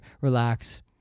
relax